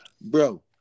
Bro